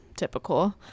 Typical